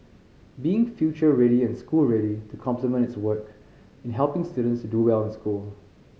being future ready and school ready to complement its work in helping students to do well in school